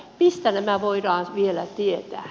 mistä nämä voidaan vielä tietää